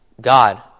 God